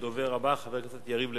הדובר הבא, חבר הכנסת יריב לוין.